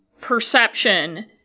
perception